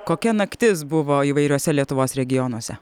kokia naktis buvo įvairiuose lietuvos regionuose